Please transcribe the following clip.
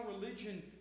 religion